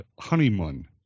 *Honeymoon*